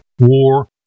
War